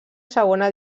segona